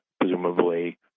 presumably